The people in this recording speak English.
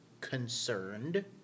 concerned